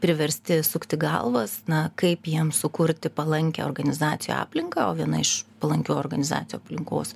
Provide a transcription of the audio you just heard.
priversti sukti galvas na kaip jiem sukurti palankią organizacijų aplinką o viena iš palankių organizacijų aplinkos